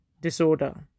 disorder